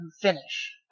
finish